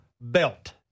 Belt